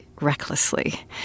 recklessly